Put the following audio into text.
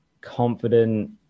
confident